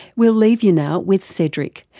we'll leave you now with cedric,